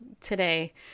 today